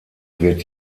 wird